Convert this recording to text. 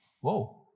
Whoa